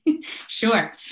Sure